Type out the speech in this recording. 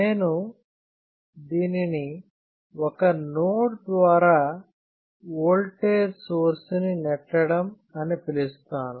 నేను దీనిని ఒక నోడ్ ద్వారా ఓల్టేజ్ సోర్స్ ని నెట్టడం అని పిలుస్తాను